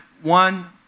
one